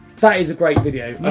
that is a great video.